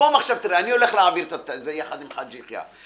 אני הולך להעביר את זה עם חאג' יחיא.